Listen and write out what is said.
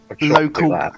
local